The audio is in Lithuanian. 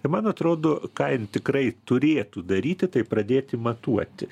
tai man atrodo ką jin tikrai turėtų daryti tai pradėti matuoti